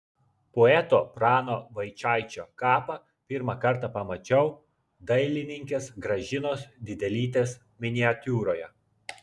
poeto prano vaičaičio kapą pirmą kartą pamačiau dailininkės gražinos didelytės miniatiūroje